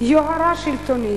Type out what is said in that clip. יוהרה שלטונית,